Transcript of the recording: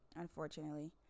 unfortunately